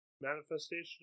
Manifestation